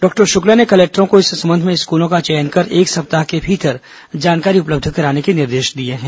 doctor Shukla ने कलेक्टरों को इस संबंध में स्कूलों का चयन कर एक सप्ताह के भीतर जानकारी उपलब्ध कराने के निर्देश दिए हैं